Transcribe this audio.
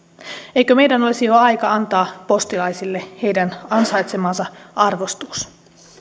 eikö meidän olisi jo aika antaa postilaisille heidän ansaitsemansa arvostus